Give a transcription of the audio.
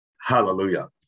hallelujah